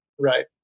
Right